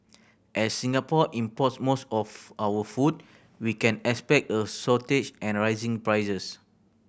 as Singapore import's most of our food we can expect a shortage and rising prices